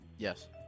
Yes